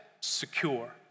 secure